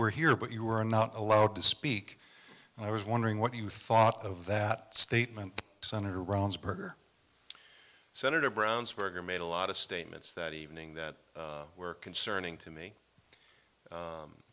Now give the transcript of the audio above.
were here but you were not allowed to speak and i was wondering what you thought of that statement senator runs burger senator brown's worker made a lot of statements that evening that were concerning to me